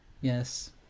Yes